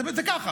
זה ככה.